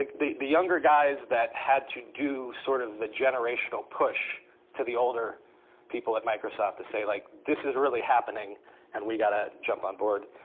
like the the younger guys that had to do sort of the generational push to the older people at microsoft to say, like this is really happening and we've got to jump on board.